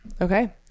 Okay